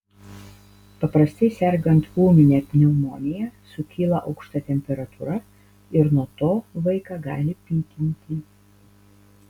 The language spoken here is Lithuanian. paprastai sergant ūmine pneumonija sukyla aukšta temperatūra ir nuo to vaiką gali pykinti